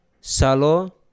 salo